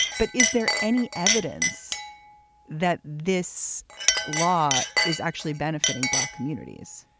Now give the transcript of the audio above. but is there any evidence that this law is actually benefiting black communities?